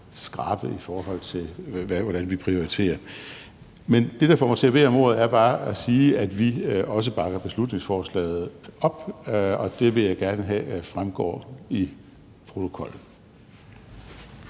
skrappe, i forhold til hvordan vi prioriterer. Men det, der får mig til at bede om ordet, er bare, at jeg vil sige, at vi også bakker beslutningsforslaget op, og det vil jeg gerne have fremgår i protokollen.